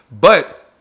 But-